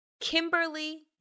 Kimberly